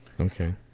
Okay